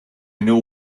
know